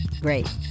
Great